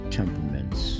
temperaments